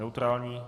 Neutrální.